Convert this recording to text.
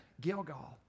Gilgal